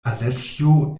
aleĉjo